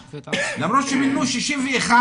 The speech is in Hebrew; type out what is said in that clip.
למרות שהשתתף גם נציג הייעוץ המשפטי.